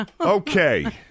Okay